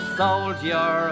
soldier